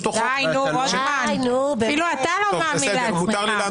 די, רוטמן, אפילו אתה לא מאמין לעצמך.